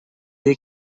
dir